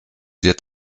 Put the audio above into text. wird